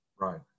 Right